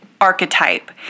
archetype